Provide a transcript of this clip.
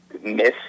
miss